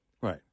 Right